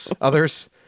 others